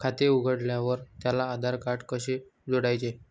खाते उघडल्यावर त्याला आधारकार्ड कसे जोडायचे?